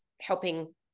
helping